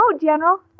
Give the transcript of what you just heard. General